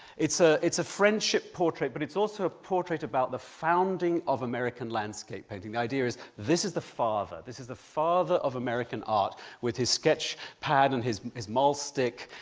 it's ah it's a friendship portrait, but it's also a portrait about the founding of american landscape painting. the idea is this is the father, this is the father of american art with his sketch pad and his maulstick.